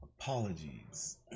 Apologies